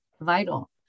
Vital